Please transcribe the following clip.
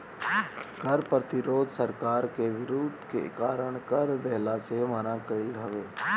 कर प्रतिरोध सरकार के विरोध के कारण कर देहला से मना कईल हवे